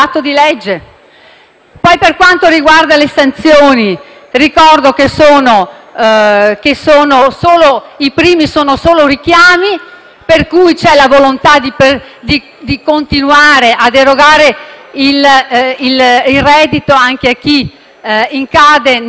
Per quanto riguarda le sanzioni, ricordo che i primi sono solo richiami, per cui c'è la volontà di continuare ad erogare il reddito anche a chi incorre nella penale